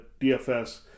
DFS